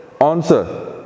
Answer